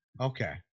Okay